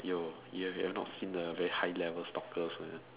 yo you've you've not seen the very high level stalkers meh